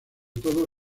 todo